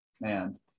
Man